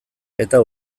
eta